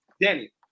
Danny